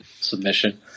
submission